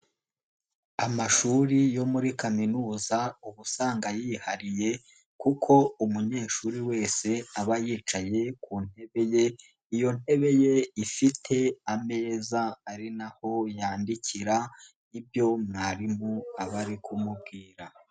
Amashuri yo muri kaminuza ubu usanga yihariye kuko umunyeshuri wese aba yicaye ku ntebe ye, iyo ntebe ye ifite ameza ari naho yandikira ibyo mwarimu aba ari kumubwira.